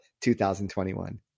2021